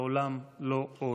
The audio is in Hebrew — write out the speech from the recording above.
לעולם לא עוד.